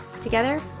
Together